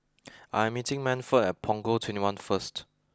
I am meeting Manford at Punggol twenty one first